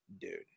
dude